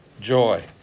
joy